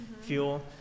fuel